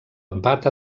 empat